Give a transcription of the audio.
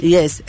Yes